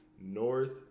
North